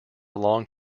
long